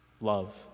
Love